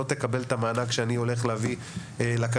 לא תקבל את המענק שאני הולך להביא לכדורגל,